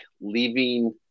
leaving